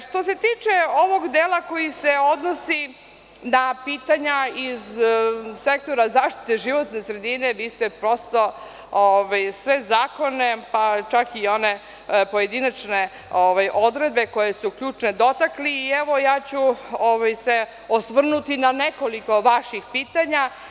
Što se tiče ovog dela koji se odnosi na pitanja iz sektora zaštite životne sredine, vi ste prosto sve zakone, pa čak i one pojedinačne odredbe koje su ključne, dotakli i ja ću se osvrnuti na nekoliko vaših pitanja.